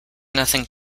nothing